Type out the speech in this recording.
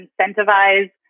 incentivize